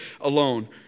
alone